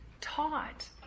taught